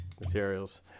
materials